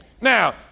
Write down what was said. Now